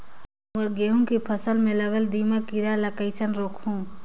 मोर गहूं कर फसल म लगल दीमक कीरा ला कइसन रोकहू?